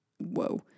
whoa